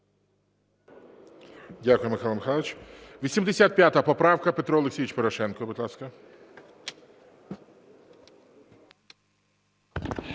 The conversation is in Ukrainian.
Дякую, Михайло Михайлович. 85 поправка, Петро Олексійович Порошенко, будь ласка.